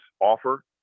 offer